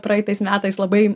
praeitais metais labai